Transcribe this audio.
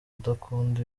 udakunda